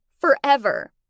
forever